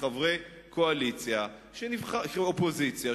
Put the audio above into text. כחברי אופוזיציה,